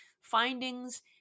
findings